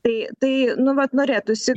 tai tai nu vat norėtųsi